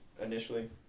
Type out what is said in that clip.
initially